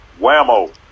whammo